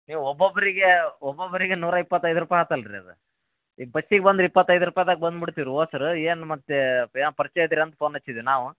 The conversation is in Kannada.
ನೀವು ಒಬ್ಬೊಬ್ಬರಿಗೆ ಒಬ್ಬೊಬ್ಬರಿಗೆ ನೂರ ಇಪ್ಪತ್ತೈದು ರೂಪಾಯಿ ಆತು ಅಲ್ಲರಿ ಅದೇ ಈ ಬಸ್ಸಿಗೆ ಬಂದ್ರ್ ಇಪ್ಪತ್ತೈದು ರೂಪಾಯಿದಾಗೆ ಬಂದ್ಬಿಡ್ತಿವಿ ರೀ ಓ ಸರ್ ಏನು ಮತ್ತೆ ಏನೋ ಪರಿಚಯ ಇದ್ದೀರಾ ಅಂತ ಪೋನ್ ಹಚ್ಚಿದ್ದು ನಾವು